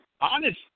honest